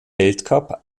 weltcup